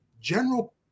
General